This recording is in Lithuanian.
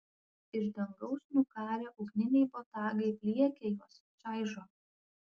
iš dangaus nukarę ugniniai botagai pliekia juos čaižo